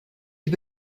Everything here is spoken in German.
die